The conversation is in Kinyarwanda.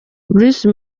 bruce